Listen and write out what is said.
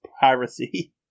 piracy